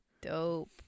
dope